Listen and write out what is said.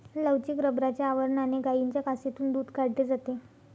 लवचिक रबराच्या आवरणाने गायींच्या कासेतून दूध काढले जाते